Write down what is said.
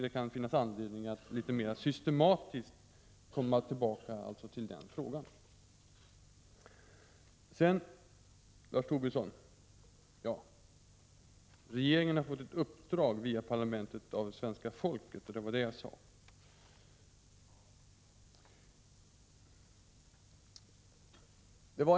Det kan finnas anledning att litet mera systematiskt komma tillbaka till den frågan när utredningen föreligger. Lars Tobisson, regeringen har fått ett uppdrag via parlamentet av svenska 87 folket, det var vad jag sade.